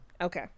Okay